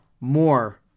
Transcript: more